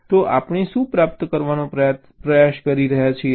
તો આપણે શું પ્રાપ્ત કરવાનો પ્રયાસ કરી રહ્યા છીએ